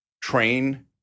train